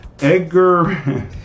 Edgar